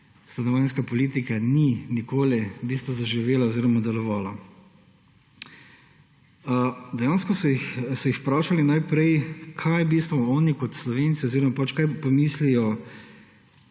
stanovanjska politika ni nikoli v bistvu zaživela oziroma delovala. Dejansko so jih vprašali najprej, kaj oni kot Slovenci oziroma kaj pomislijo